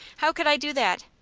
how could i do that?